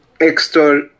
extra